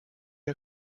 are